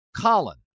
Colin